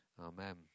Amen